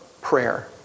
prayer